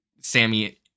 Sammy